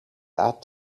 that